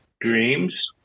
dreams